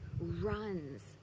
runs